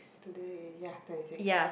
today ya twenty six